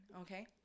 okay